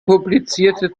publizierte